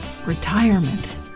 Retirement